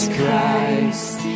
Christ